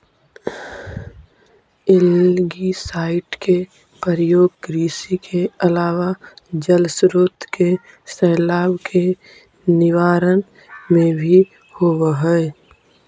algicide के प्रयोग कृषि के अलावा जलस्रोत के शैवाल के निवारण में भी होवऽ हई